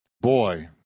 boy